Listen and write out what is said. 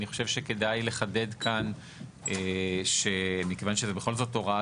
אני חושב שכדאי לחדד כאן שמכיוון שזו בכל זאת הוראה